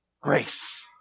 grace